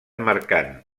mercant